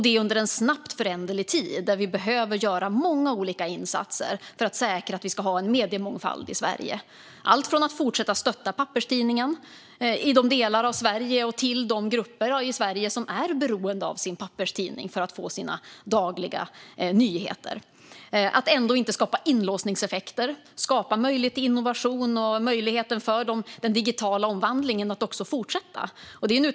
Det är en snabbt föränderlig tid där vi behöver göra många olika insatser för att säkra att vi har en mediemångfald i Sverige. Det handlar om att fortsätta stötta papperstidningen i delar av Sverige och för de grupper som är beroende av papperstidningen för att få sina dagliga nyheter. Man ska ändå inte skapa inlåsningseffekter. Man ska skapa möjlighet till innovation och möjlighet för den digitala omvandlingen att fortsätta.